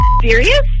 serious